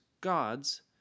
God's